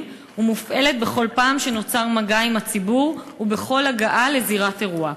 ומופעלת בכל פעם שנוצר מגע עם הציבור ובכל הגעה לזירת אירוע.